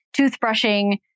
toothbrushing